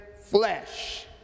flesh